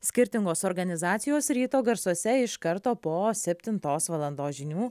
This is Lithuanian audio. skirtingos organizacijos ryto garsuose iš karto po septintos valandos žinių